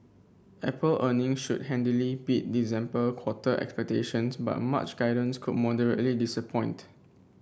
apple earning should handily beat December quarter expectations but March guidance could moderately disappoint